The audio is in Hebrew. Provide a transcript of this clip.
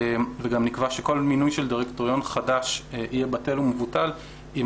גם נקבע שכל מינוי של דירקטוריון חדש יהיה בטל ומבוטל אם